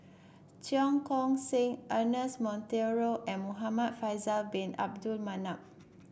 Cheong Koon Seng Ernest Monteiro and Muhamad Faisal Bin Abdul Manap